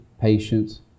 patience